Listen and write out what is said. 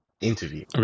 interview